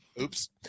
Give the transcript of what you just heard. Oops